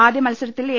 ആദ്യമത്സരത്തിൽ എ